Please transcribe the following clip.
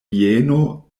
vieno